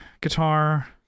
guitar